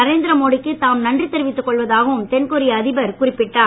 நரேந்திரமோடி க்கு தாம் நன்றி தெரிவித்து கொள்வதாகவும் தென்கொரிய அதிபர் குறிப்பிட்டார்